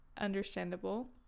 understandable